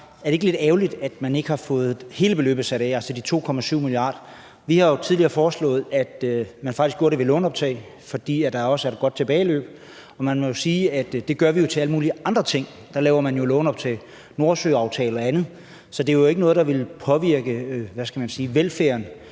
er det ikke lidt ærgerligt, at man ikke har fået hele beløbet sat af, altså de 2,7 mia. kr.? Vi har jo tidligere foreslået, at man faktisk gjorde det ved låneoptag, fordi der også er et godt tilbageløb. Man må jo sige, at det gør vi til alle mulige andre ting, altså der laver man jo låneoptag, f.eks. Nordsøaftalen og andet. Så det er jo ikke noget, der vil påvirke velfærden